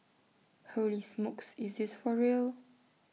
holy smokes is this for real